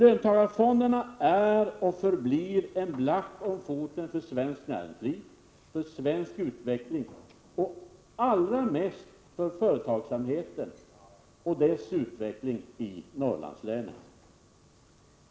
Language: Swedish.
Löntagarfonderna är och förblir en black om foten för svenskt näringsliv, för svensk utveckling och allra mest för företagsamheten och dess utveckling i Norrlandslänen.